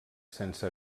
sense